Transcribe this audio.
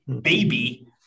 baby